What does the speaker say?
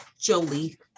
Jolie